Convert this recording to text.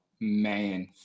man